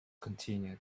continued